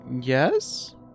Yes